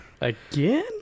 Again